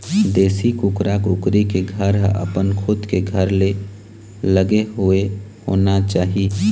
देशी कुकरा कुकरी के घर ह अपन खुद के घर ले लगे हुए होना चाही